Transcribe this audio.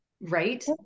Right